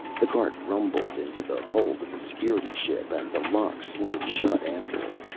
the cart rumbled into the hold of the security ship and the lock slid shut after it.